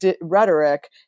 rhetoric